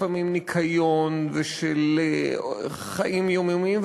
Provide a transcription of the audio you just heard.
לפעמים של ניקיון ושל חיים יומיומיים,